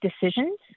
decisions